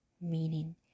meaning